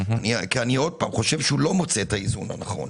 כי אני חושב שהיא לא מוצאת את האיזון הנכון,